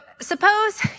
suppose